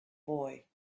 boy